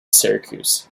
syracuse